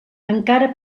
encara